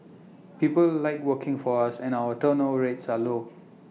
people like working for us and our turnover rates are low